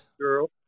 girl